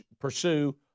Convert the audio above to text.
pursue